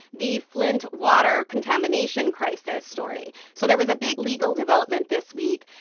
the flint water contamination crisis story. so there was a big legal development this week.